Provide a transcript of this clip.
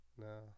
No